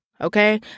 okay